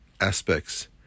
aspects